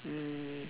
mm